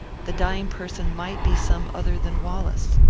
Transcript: the dying person might be some other than wallace.